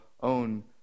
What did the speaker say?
own